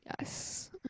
Yes